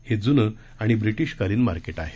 हे जुने आणि ब्रिटिशकालीन मार्केट आहे